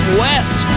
west